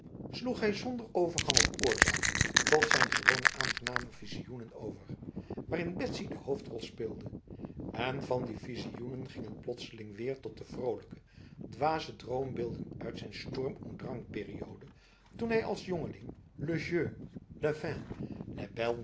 hij zonder overgang of oorzaak tot zijn gewone aangename visioenen over waarin betsy de hoofdrol speelde en van die visioenen ging het plotseling weer tot de vrolijke dwaze droombeelden uit zijn sturm und drangperiode toen hij als jongeling